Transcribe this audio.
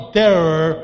terror